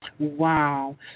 Wow